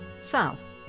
south